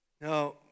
Now